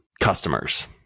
customers